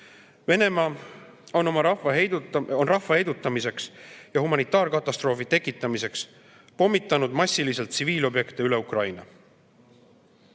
on rahva heidutamiseks ja humanitaarkatastroofi tekitamiseks pommitanud massiliselt tsiviilobjekte üle Ukraina.